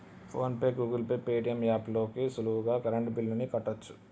phone pay, Google pay, Paytm app లోకెల్లి సులువుగా current బిల్లుల్ని కట్టచ్చు